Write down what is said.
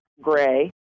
gray